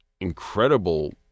incredible